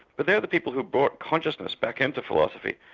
but they're the people who brought consciousness back into philosophy,